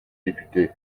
député